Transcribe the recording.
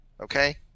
okay